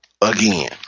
again